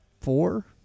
four